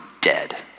dead